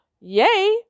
Yay